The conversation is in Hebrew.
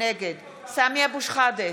נגד סמי אבו שחאדה,